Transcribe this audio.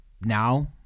Now